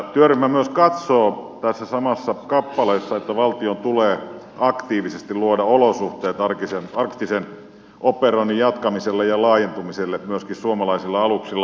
työryhmä myös katsoo tässä samassa kappaleessa että valtion tulee aktiivisesti luoda olosuhteet arktisen operoinnin jatkumiselle ja laajentumiselle myöskin suomalaisilla aluksilla